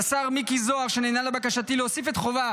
ולשר מיקי זוהר, שנענה לבקשתי להוסיף את החובה